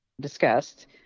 discussed